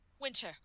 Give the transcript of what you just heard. winter